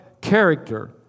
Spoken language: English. character